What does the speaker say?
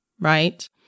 right